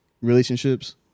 relationships